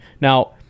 Now